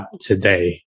today